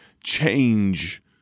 change